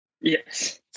Yes